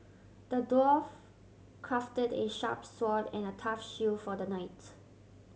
the dwarf crafted a sharp sword and a tough shield for the knight